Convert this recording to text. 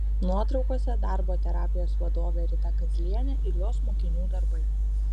nuotraukose darbo terapijos vadovė rita kazlienė ir jos mokinių darbai